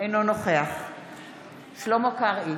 אינו נוכח שלמה קרעי,